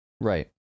Right